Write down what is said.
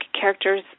characters